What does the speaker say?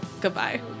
Goodbye